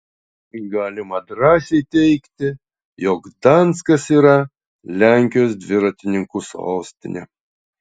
galima drąsiai teigti jog gdanskas yra lenkijos dviratininkų sostinė